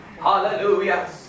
hallelujah